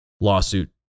lawsuit